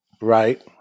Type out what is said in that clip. Right